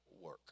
work